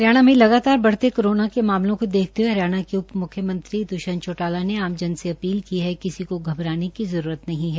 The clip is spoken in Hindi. हरियाणा में लगातार बढ़ते कोरोना के मामलों को देखते हये हरियाणा के उप मुख्यमंत्री द्वष्यंत चौटाला ने आमजन से अपील की है कि किसी को घबराने की जरूरत नहीं है